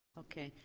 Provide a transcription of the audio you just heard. okay,